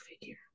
figure